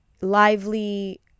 lively